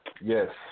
Yes